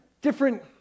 different